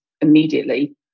immediately